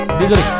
désolé